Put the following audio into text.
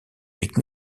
pique